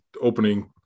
opening